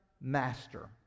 Master